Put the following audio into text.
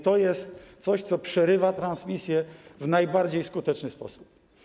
To jest coś, co przerywa transmisję w najbardziej skuteczny sposób.